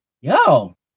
Yo